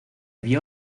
vio